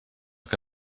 que